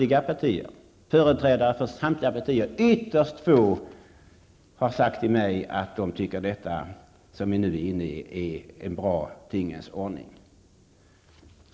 Det gäller företrädare för samtliga partier. Det är ytterst få som har sagt till mig att de anser att det nuvarande systemet är en bra tingens ordning.